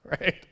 Right